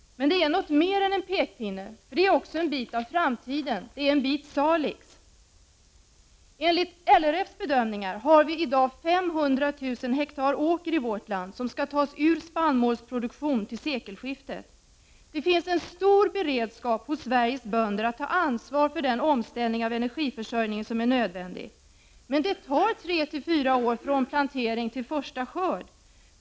Men det är något mer än en pekpinne. Det är en bit av framtiden, en bit salix. Enligt LRF:s bedömningar har vi i Sverige i dag 500 ha åker som skall tas ur spannmålsproduktion till sekelskiftet. Det finns en stor beredskap hos Sveriges bönder att ta ansvar för den omställning av energiförsörjningen som är nödvändig. Men det tar tre till fyra år från plantering till första skörd.